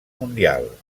mundial